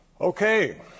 Okay